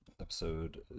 Episode